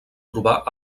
trobar